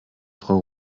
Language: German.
frau